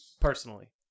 personally